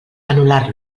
anul·lar